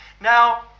Now